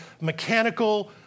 mechanical